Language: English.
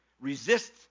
Resist